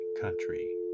country